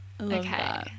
Okay